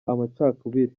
amacakubiri